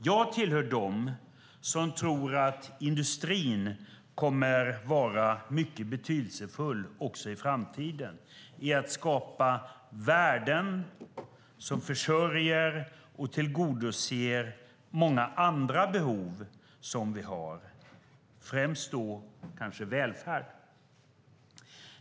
Jag tillhör dem som tror att industrin också i framtiden kommer att vara mycket betydelsefull när det gäller att skapa värden som försörjer och tillgodoser många andra behov vi har. Främst gäller det kanske välfärd.